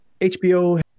HBO